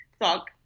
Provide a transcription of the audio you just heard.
talk